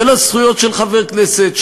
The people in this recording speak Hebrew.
של הזכויות של חבר הכנסת,